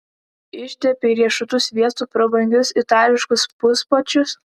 ištepei riešutų sviestu prabangius itališkus pusbačius